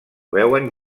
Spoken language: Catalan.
veuen